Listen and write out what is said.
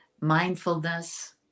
mindfulness